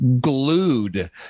glued